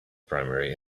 primary